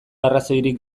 arrazoirik